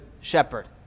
shepherd